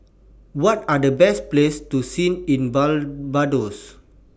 What Are The Best Places to See in Barbados